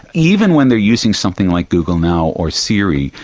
even when they are using something like google now or siri,